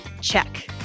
Check